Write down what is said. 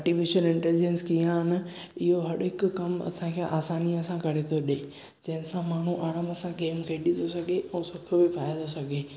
artificial intelligence कीअं आहे न इहो हर हिकु कमु असां खे असानीअ सां करे थो ॾिए जंहिं सां माण्हू आराम सां गेम खेॾी थो सघे ऐं सुख बि पाए थो सघे